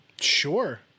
Sure